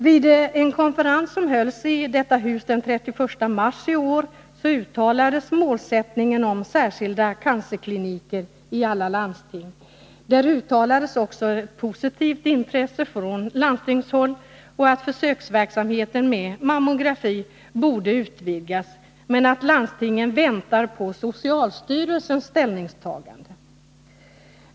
Vid en konferens som hölls i detta hus den 31 mars i år uttalades målsättningen om särskilda cancerkliniker i alla landsting. Där uttalades också att det fanns ett positivt intresse från landstingshåll och att försöksverksamheten med mammografi borde utvidgas, men att landstingen väntar på socialstyrelsens ställningstagande.